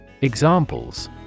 Examples